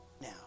now